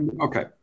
okay